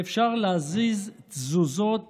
ואפשר להזיז תזוזות